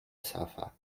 sofa